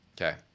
Okay